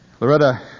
Loretta